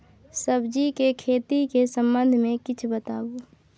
सब्जी के खेती के संबंध मे किछ बताबू?